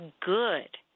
good